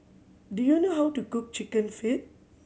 do you know how to cook Chicken Feet